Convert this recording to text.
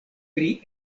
pri